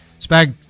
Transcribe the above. Spag